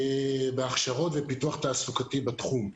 בהכשרות ובפיתוח תעסוקתי בתחום.